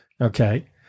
Okay